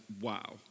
wow